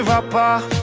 um papa